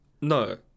No